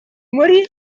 muri